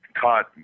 caught